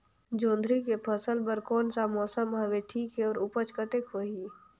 जोंदरी के फसल बर कोन सा मौसम हवे ठीक हे अउर ऊपज कतेक होही?